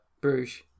Bruges